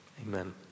amen